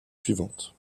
suivantes